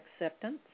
acceptance